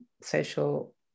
social